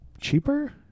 cheaper